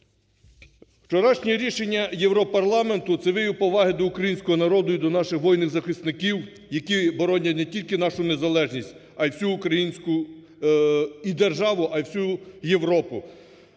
Учорашнє рішення Європарламенту – це вияв поваги до українського народу і до наших воїнів-захисників, які боронять не тільки нашу незалежність, а всю українську… і державу, а й всю Європу.